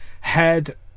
head